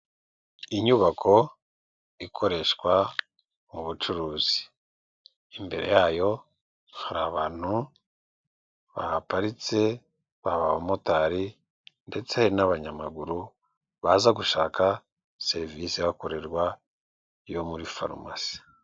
Inyubako ikoreshwa mu bucuruzi, imbere yayo hari abantu bahaparitse baba abamotari ndetse n'abanyamaguru baza gushaka serivisi ihakorerwa yo muri farumasi.